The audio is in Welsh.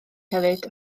hefyd